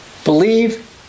Believe